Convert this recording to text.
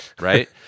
Right